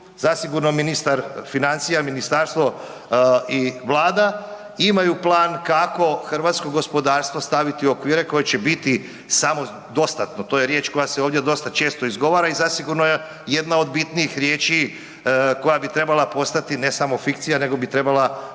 Zasigurno ministar financija, ministarstvo i vlada imaju plan kako hrvatsko gospodarstvo staviti u okvire koji će biti samodostatno, to je riječ koja se ovdje dosta često izgovara i zasigurno je jedna od bitnijih riječi koja bi trebala postati ne samo fikcija nego bi trebala